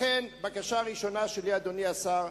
לכן, בקשה ראשונה שלי, אדוני השר,